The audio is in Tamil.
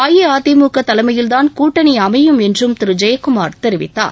அஇஅதிமுக தலைமையில்தான் கூட்டணி அமையும் என்றும் திரு தெயக்குமார் தெரிவித்தார்